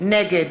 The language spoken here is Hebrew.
נגד